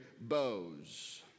bows